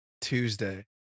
Tuesday